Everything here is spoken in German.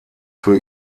für